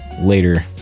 Later